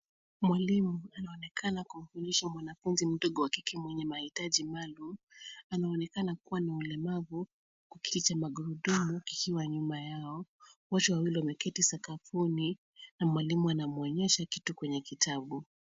Mwalimu anaonekana kumfundisha mwanafunzi mdogo wa kike mwenye mahitaji maalum. Anaonekana kuwa na ulemavu kiti cha magurudumu kikiwa nyuma yao. Wote wawili wameketi sakafuni na mwalimu anamwonyesha kitu kwenye kitabu.